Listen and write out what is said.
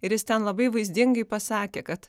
ir jis ten labai vaizdingai pasakė kad